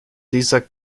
dieser